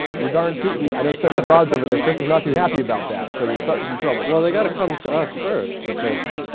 you're darn tootin'. i know study abroad's over there. chris is not too happy about that so you're starting some trouble. well they got to come to us first because.